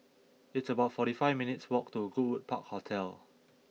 It's about forty five minutes' walk to Goodwood Park Hotel